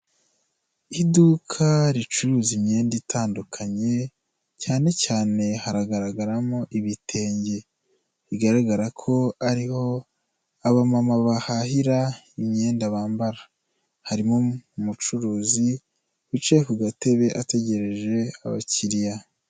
Uduka ricuruza imyenda itandukanye cyane cyane hagaragaramo ibitenge bigaragara ko ari ho abamama bahahira imyenda bambara, harimo umucuruzi wicaye ku gatebe ategereje abakiriya.